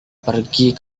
pergi